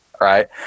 right